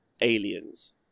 aliens